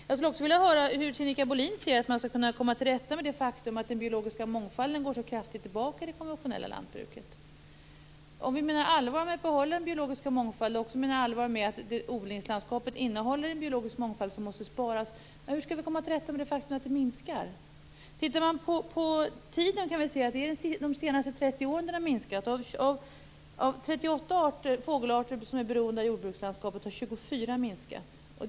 Jag vill höra hur Sinikka Bohlin ser att man skall komma till rätta med det faktum att den biologiska mångfalden går kraftigt tillbaka i det konventionella lantbruket. Om vi menar allvar med att behålla den biologiska mångfalden och menar allvar med att odlingslandskapet innehåller en biologisk mångfald som måste sparas, hur skall vi komma till rätta med det faktum att den minskar? Sett över tiden har mångfalden minskat de senaste 30 åren. Av 38 fågelarter som är beroende av jordbrukslandskapet har 24 av dem minskat i omfattning.